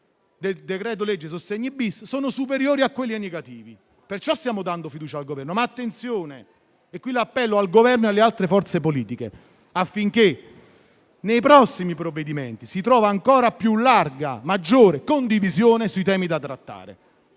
del decreto-legge sostegni*-bis* superiori a quelli negativi. Per tale ragione stiamo dando fiducia al Governo. Attenzione però, e qui rivolgo un appello al Governo e alle altre forze politiche, affinché nei prossimi provvedimenti si trovi ancora più larga e maggiore condivisione sui temi da trattare.